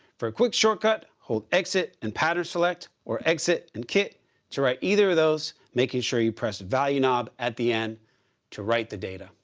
for a quick shortcut, hold exit and pattern select or exit and kit to either of those making sure you press value knob at the end to write the data.